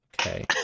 Okay